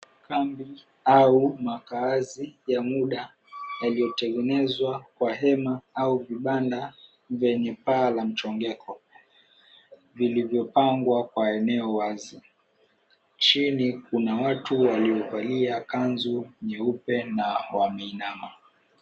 Kambi au makaazi ya muda yaliyotengenezwa kwa hema au vibanda vyenye paa ya mchongeko, vilivyopangwa kwa eneo wazi. Chini kuna watu waliovalia kanzu nyeupe na wameinama.